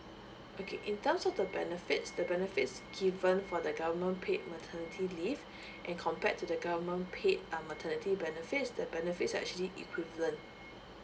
okay in terms of the benefits the benefits given for the government paid maternity leave and compared to the government paid ah maternity benefits the benefits are actually equivalent